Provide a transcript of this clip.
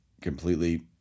completely